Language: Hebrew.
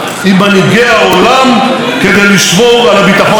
מנהיגי העולם כדי לשמור על הביטחון שלנו.